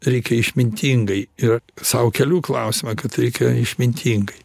reikia išmintingai ir sau keliu klausimą kad reikia išmintingai